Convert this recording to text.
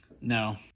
No